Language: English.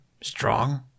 Strong